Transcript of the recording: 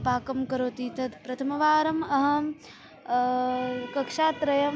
पाकं करोति तत् प्रथमवारम् अहं कक्षात्रयम्